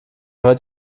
hört